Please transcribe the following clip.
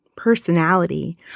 Personality